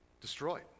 destroyed